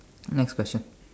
next question